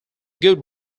good